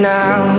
now